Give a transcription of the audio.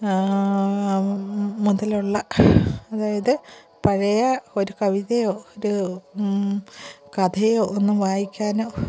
മുതലുള്ള അതായത് പഴയ ഒരു കവിതയോ കഥയോ ഒന്നും വായിക്കാനോ